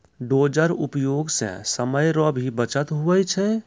dozer उपयोग से समय रो भी बचत हुवै छै